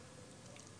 אוקיי.